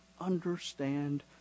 understand